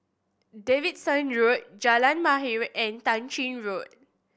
Davidson Road Jalan Mahir and Tah Ching Road